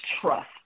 trust